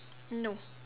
no